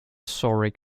sorry